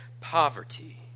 poverty